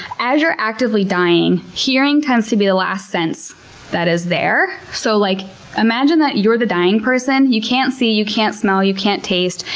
as you're actively dying, hearing tends to be the last sense that is there. so like imagine that you're the dying person. you can't see, you can't smell, you can't taste,